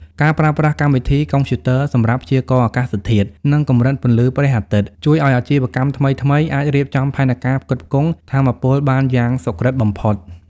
ការប្រើប្រាស់កម្មវិធីកុំព្យូទ័រសម្រាប់ "ព្យាករណ៍អាកាសធាតុ និងកម្រិតពន្លឺព្រះអាទិត្យ" ជួយឱ្យ អាជីវកម្មថ្មីៗ អាចរៀបចំផែនការផ្គត់ផ្គង់ថាមពលបានយ៉ាងសុក្រឹតបំផុត។